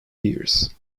years